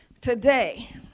today